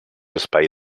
espai